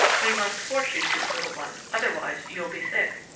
we must force you to, little one otherwise you'll be sick.